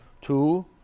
Two